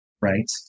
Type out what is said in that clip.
right